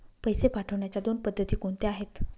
पैसे पाठवण्याच्या दोन पद्धती कोणत्या आहेत?